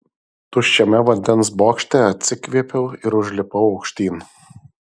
tuščiame vandens bokšte atsikvėpiau ir užlipau aukštyn